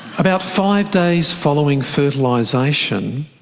about five days following fertilisation,